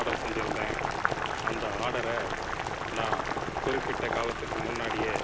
order செஞ்சுருந்தேன் அந்த ஆடரை நான் குறிப்பிட்ட காலத்துக்கு முன்னாடியே